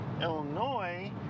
Illinois